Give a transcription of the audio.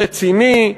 רציני,